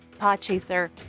Podchaser